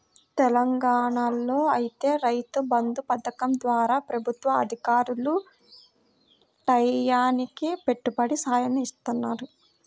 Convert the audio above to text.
తెలంగాణాలో ఐతే రైతు బంధు పథకం ద్వారా ప్రభుత్వ అధికారులు టైయ్యానికి పెట్టుబడి సాయాన్ని ఇత్తన్నారు